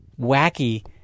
wacky